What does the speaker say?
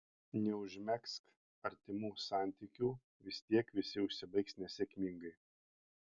neužmegzk artimų santykių vis tiek visi užsibaigs nesėkmingai